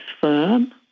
FIRM